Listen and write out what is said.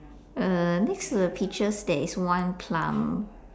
uh next to the pictures there is one plum